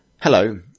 hello